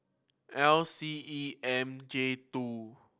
L C E M J two